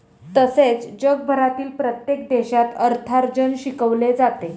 तसेच जगभरातील प्रत्येक देशात अर्थार्जन शिकवले जाते